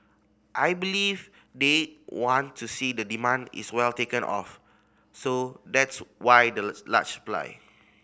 I believe they want to see the demand is well taken of so that's why the large supply